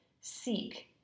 seek